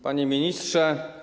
Panie Ministrze!